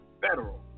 Federal